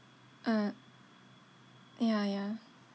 ah ya ya